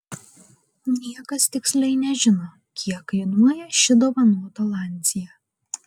niekas tiksliai nežino kiek kainuoja ši dovanota lancia